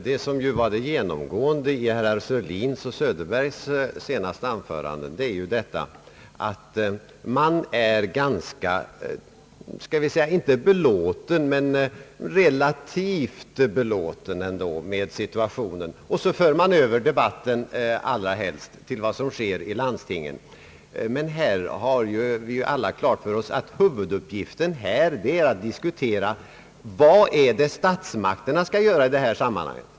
Herr talman! Det som var det genomgående i herrar Sörlins och Söderbergs senaste anföranden var ju detta, att man påstår sig vara relativt belåten med situationen och sedan allra helst för över debatten på vad som sker i landstingen. Vi måste dock ha klart för oss att huvuduppgiften här är att disktuera vad statsmakterna skall göra i detta sammanhang.